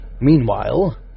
Meanwhile